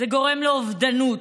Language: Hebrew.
זה גורם לאובדנות,